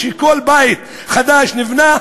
וכל בית חדש שנבנה,